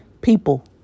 People